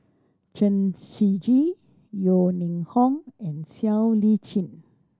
Chen Shiji Yeo Ning Hong and Siow Lee Chin